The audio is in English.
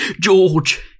George